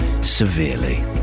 severely